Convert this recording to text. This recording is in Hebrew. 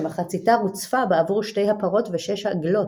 שמחציתה רוצפה בעבור שתי הפרות ושש העגלות